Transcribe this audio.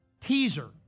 teaser